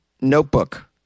notebook